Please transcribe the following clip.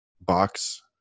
Box